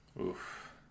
Oof